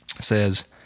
says